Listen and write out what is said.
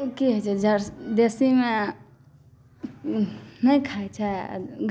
कि होइ छै जर्सी देशीमे नहि खाइ छै